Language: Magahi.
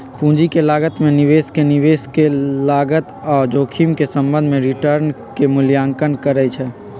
पूंजी के लागत में निवेशक निवेश के लागत आऽ जोखिम के संबंध में रिटर्न के मूल्यांकन करइ छइ